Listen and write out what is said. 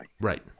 right